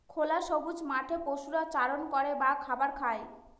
খোলা সবুজ মাঠে পশুরা চারণ করে বা খাবার খায়